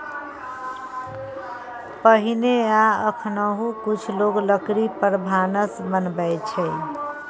पहिने आ एखनहुँ कुछ लोक लकड़ी पर भानस बनबै छै